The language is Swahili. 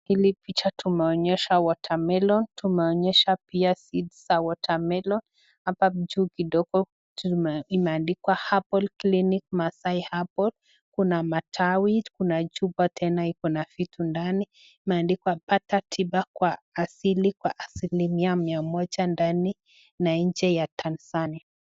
Hili picha tumeonyeshwa [water melon]. Hapa juu kidogo imeandikwa [Herbal clinic Masai Herbal]. Kuna matawi, kuna chupa tena iko na vitu ndani imeandikwa pata tiba kwa asili kwa asilimia mia moja ndani na nje ya Tanzania